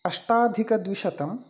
अष्टाधिकद्विशतम्